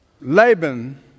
Laban